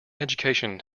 education